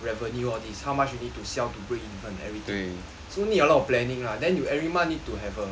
revenue of these how much you need to sell to break even everything so need a lot of planning lah then you every month need to have a